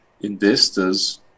investors